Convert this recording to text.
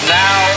now